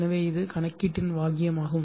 எனவே இது கணக்கீட்டின் வாக்கியமாகும்